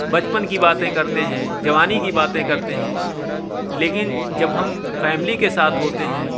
بچپن کی باتیں کرتے ہیں جوانی کی باتیں کرتے ہیں لیکن جب ہم فیملی کے ساتھ ہوتے ہیں